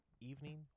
evening